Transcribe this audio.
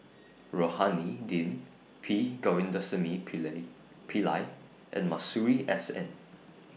Rohani Din P Govindasamy Pillai and Masuri S N